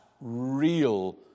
real